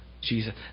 Jesus